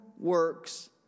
works